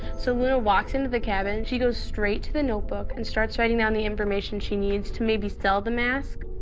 so luna walked into the cabin, she goes straight to the notebook, and starts writing down the information she needs to maybe sell the mask.